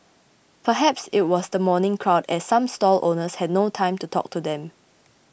perhaps it was the morning crowd as some stall owners had no time to talk to them